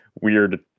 weird